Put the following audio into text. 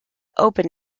open